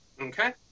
Okay